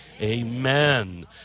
amen